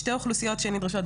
לשתי אוכלוסיות שנדרשות,